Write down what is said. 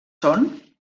són